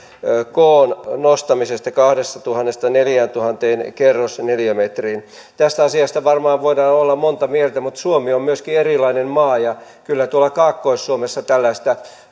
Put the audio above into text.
koon nostamisesta kahdestatuhannesta neljääntuhanteen kerrosneliömetriin tästä asiasta varmaan voidaan olla monta mieltä mutta suomi on myöskin erilainen maa ja kyllä tuolla kaakkois suomessa tällaista